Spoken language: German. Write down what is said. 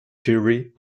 jury